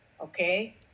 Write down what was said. Okay